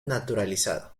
naturalizado